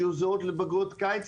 שיהיו זהות לבגרויות קיץ,